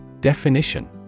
Definition